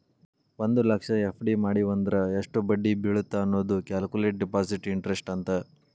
ಒಂದ್ ಲಕ್ಷ ಎಫ್.ಡಿ ಮಡಿವಂದ್ರ ಎಷ್ಟ್ ಬಡ್ಡಿ ಬೇಳತ್ತ ಅನ್ನೋದ ಕ್ಯಾಲ್ಕುಲೆಟ್ ಡೆಪಾಸಿಟ್ ಇಂಟರೆಸ್ಟ್ ಅಂತ